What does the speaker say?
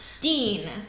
Dean